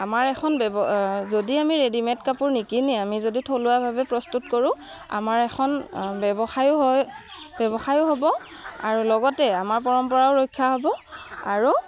আমাৰ এখন যদি আমি ৰেডিমেড কাপোৰ নিকিনি আমি যদি থলুৱাভাৱে প্ৰস্তুত কৰোঁ আমাৰ এখন ব্যৱসায়ো হয় ব্যৱসায়ো হ'ব আৰু লগতে আমাৰ পৰম্পৰাও ৰক্ষা হ'ব আৰু